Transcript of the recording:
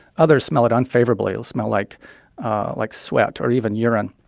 others smell it unfavorably. it'll smell like like sweat or even urine.